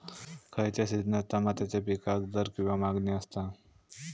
खयच्या सिजनात तमात्याच्या पीकाक दर किंवा मागणी आसता?